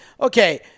okay